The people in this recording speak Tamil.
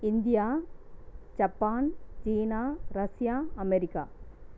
India Japan China Russia America